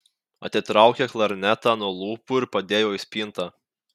atitraukė klarnetą nuo lūpų ir padėjo į spintą